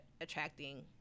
attracting